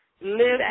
Live